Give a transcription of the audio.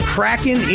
Kraken